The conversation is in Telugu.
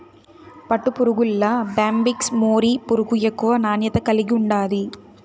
పట్టుపురుగుల్ల బ్యాంబిక్స్ మోరీ పురుగు ఎక్కువ నాణ్యత కలిగుండాది